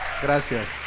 Gracias